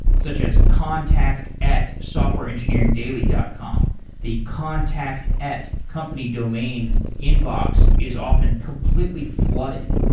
such as contact at softwareengineeringdaily dot com the contact at company domain inbox is often completely flooded,